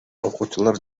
окуучулар